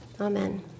Amen